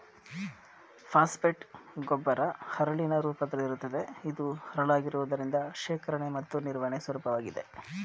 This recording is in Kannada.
ಫಾಸ್ಫೇಟ್ ಗೊಬ್ಬರ ಹರಳಿನ ರೂಪದಲ್ಲಿರುತ್ತದೆ ಇದು ಹರಳಾಗಿರುವುದರಿಂದ ಶೇಖರಣೆ ಮತ್ತು ನಿರ್ವಹಣೆ ಸುಲಭವಾಗಿದೆ